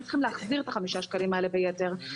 צריכים להחזיר את חמישה השקלים האלה ביתר.